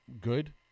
good